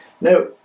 Now